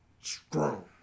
strong